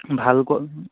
ভালকৈ